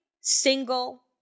single